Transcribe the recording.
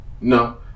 no